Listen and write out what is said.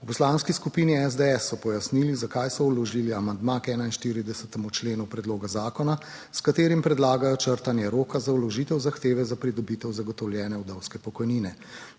V Poslanski skupini SDS so pojasnili, zakaj so vložili amandma k 41. členu predloga zakona. S katerim predlagajo črtanje roka za vložitev zahteve za pridobitev zagotovljene vdovske pokojnine.